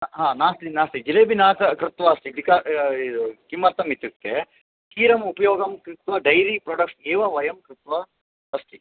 हा नास्ति नास्ति जिलेबि न क कृत्वा अस्ति बिका किमर्थम् इत्युक्ते क्षीरस्य उपयोगं कृत्वा डैरी प्रोडक्ट्स् एव वयं कृत्वा अस्ति